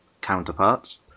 counterparts